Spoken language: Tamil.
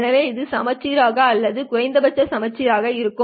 எனவே இது சமச்சீராக அல்லது குறைந்தபட்சம் சமச்சீராக இருக்கும்